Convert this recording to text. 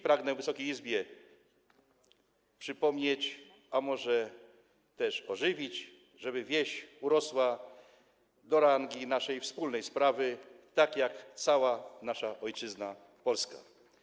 Pragnę Wysokiej Izbie przypomnieć, a może też tę myśl ożywić, żeby wieś urosła do rangi naszej wspólnej sprawy, tak jak cała nasza ojczyzna, Polska.